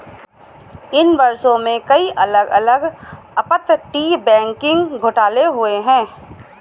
इन वर्षों में, कई अलग अलग अपतटीय बैंकिंग घोटाले हुए हैं